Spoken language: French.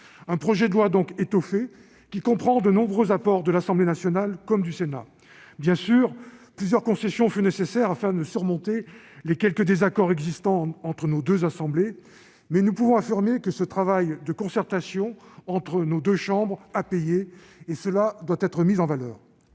Le projet de loi a donc été étoffé de nombreux apports de l'Assemblée nationale comme du Sénat. Bien sûr, plusieurs concessions ont été nécessaires afin de surmonter les quelques désaccords existants entre nos deux assemblées, mais nous pouvons affirmer que le travail de concertation entre nos deux chambres a payé, et cela doit être mis en valeur.